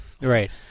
Right